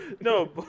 No